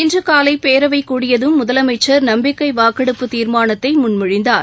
இன்று காலை பேரவைக் கூடியதும் முதலமைச்சர் நம்பிக்கை வாக்கெடுப்பு தீர்மானத்தை முன்மொழிந்தார்